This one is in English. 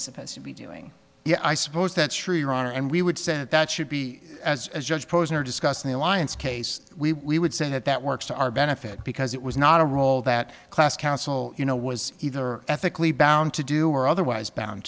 is supposed to be doing yeah i suppose that's true your honor and we would say that that should be as judge posner discussed the alliance case we we would say that that works to our benefit because it was not a role that class council you know was either ethically bound to do or otherwise bound